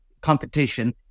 competition